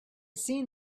seen